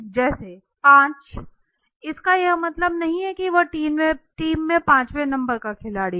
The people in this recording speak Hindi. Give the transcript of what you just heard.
जैसे 5 इसका यह मतलब नहीं है कि वह टीम में पांचवें नंबर का खिलाड़ी हैं